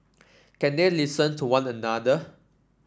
can they listen to one another